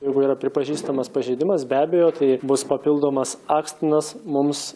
jeigu yra pripažįstamas pažeidimas be abejo tai bus papildomas akstinas mums